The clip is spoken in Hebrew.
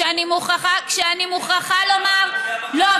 שאני מוכרחה לומר, פוגע, לא.